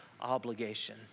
obligation